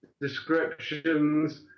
descriptions